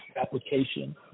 application